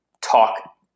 talk